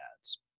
ads